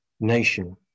nation